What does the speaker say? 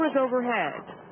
overhead